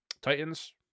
Titans